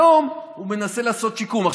היום הוא מנסה לעשות שיקום.